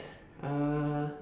uh